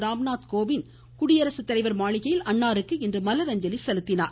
ராம்நாத் கோவிந்த் குடியரசுத்தலைவர் மாளிகையில் அன்னாருக்கு இன்று மலர் அஞ்சலி செலுத்தினார்